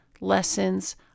lessons